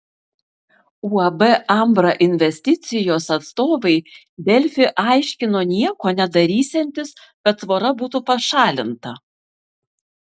uab ambra investicijos atstovai delfi aiškino nieko nedarysiantys kad tvora būtų pašalinta